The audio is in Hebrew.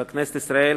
לכנסת ישראל,